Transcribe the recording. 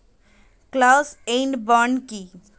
Slash and burn কি?